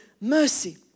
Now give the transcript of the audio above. mercy